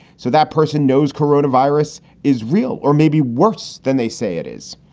so that person knows coronavirus is real or maybe worse than they say it is.